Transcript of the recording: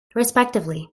respectively